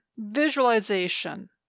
visualization